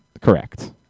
Correct